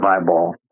eyeball